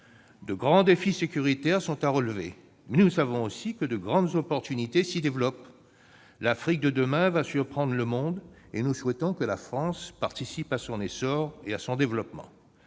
De grands défis sécuritaires sont à relever, mais nous savons aussi que de grandes opportunités s'y développent. L'Afrique de demain va surprendre le monde ! Nous souhaitons que la France participe à son essor et à son développement.